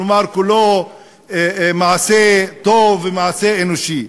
כלומר כולו מעשה טוב ומעשה אנושי,